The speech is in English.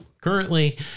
currently